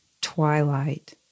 twilight